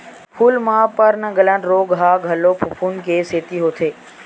फूल म पर्नगलन रोग ह घलो फफूंद के सेती होथे